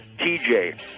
TJ